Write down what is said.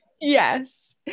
yes